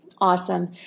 Awesome